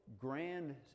grand